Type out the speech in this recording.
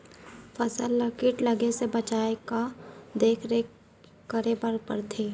फसल ला किट लगे से बचाए बर, का का देखरेख करे बर परथे?